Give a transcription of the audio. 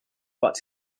but